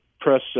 press